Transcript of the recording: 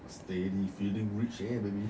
steady feeding reach eh baby